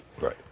Right